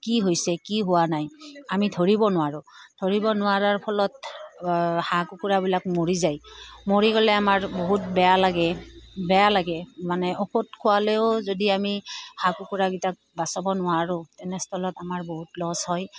কি হৈছে কি হোৱা নাই আমি ধৰিব নোৱাৰোঁ ধৰিব নোৱাৰাৰ ফলত হাঁহ কুকুৰাবিলাক মৰি যায় মৰি গ'লে আমাৰ বহুত বেয়া লাগে বেয়া লাগে মানে ঔষধ খোৱালেও যদি আমি হাঁহ কুকুৰাৰাকেইটাক বচাব নোৱাৰোঁ তেনেস্থলত আমাৰ বহুত লচ হয়